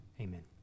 Amen